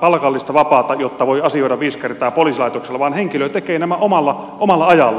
palkallista vapaata jotta voi asioida viisi kertaa poliisilaitoksella vaan henkilö tekee nämä omalla ajallaan